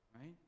right